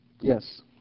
Yes